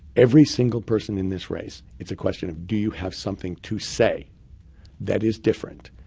every single person in this race, it's a question of, do you have something to say that is different,